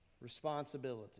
responsibility